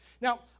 Now